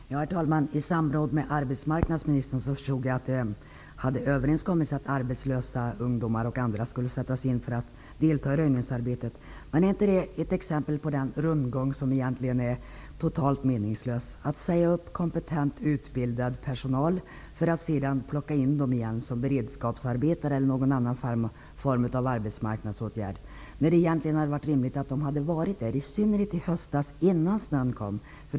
Herr talman! Jag förstod att det i samråd med arbetsmarknadsministern hade överenskommits att arbetslösa ungdomar och andra skulle sättas in för att delta i röjningsarbetet. Är inte det ett exempel på en rundgång som egentligen är totalt meningslös? Man säger upp kompetenta utbildade anställda för att sedan plocka in dem i beredskapsarbeten eller i någon annan arbetsmarknadsåtgärd. Det hade varit rimligt att de hade varit på plats innan snön kom, i synnerhet i höstas.